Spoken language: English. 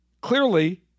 Clearly